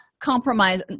compromise